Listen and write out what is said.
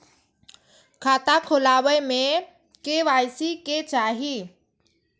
खाता खोला बे में के.वाई.सी के चाहि?